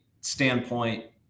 standpoint